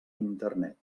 internet